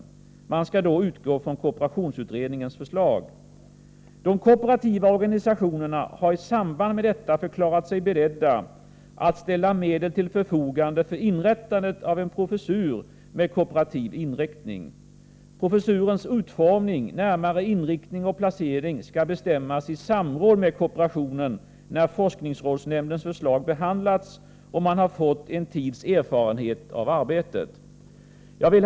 Nämnden skall då utgå från kooperationsutredningens förslag. De kooperativa organisationerna har i samband med detta förklarat sig beredda att under vissa villkor ställa medel till förfogande för inrättandet av en professur med kooperativ inriktning. Professurens utformning, närmare inriktning och placering skall bestämmas i samråd med kooperationen, när forskningsrådsnämndens förslag behandlats och man har fått en tids erfarenhet av arbetet. Herr talman!